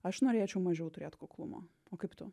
aš norėčiau mažiau turėt kuklumo o kaip tu